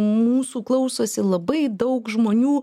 mūsų klausosi labai daug žmonių